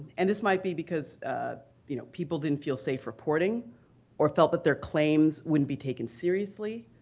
and this might be because you know people didn't feel safe reporting or felt that their claims wouldn't be taken seriously,